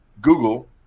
Google